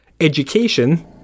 education